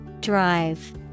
Drive